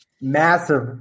Massive